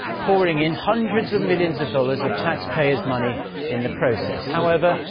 pouring in hundreds of millions of dollars of taxpayers' money in the process. however,